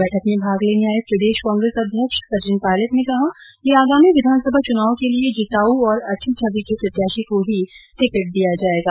बैठक में भाग लेने आये प्रदेश कांग्रेस अध्यक्ष सचिन पायलट ने कहा कि आगामी विधानसभा चुनाव के लिए जिताऊ और अच्छी छवि के प्रत्याशी को ही टिकट दिया जायेगा